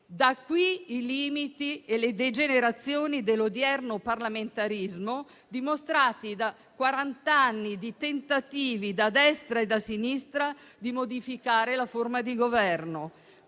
Da qui i limiti e le degenerazioni dell'odierno parlamentarismo, dimostrati da quarant'anni di tentativi, da destra e da sinistra, di modificare la forma di governo.